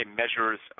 measures